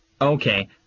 Okay